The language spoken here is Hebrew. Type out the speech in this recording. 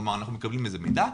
כלומר אנחנו מקבלים על זה מידע,